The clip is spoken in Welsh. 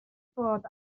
bod